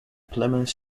plymouth